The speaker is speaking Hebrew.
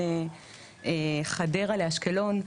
חדרה לאשקלון,